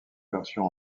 versions